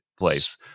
Place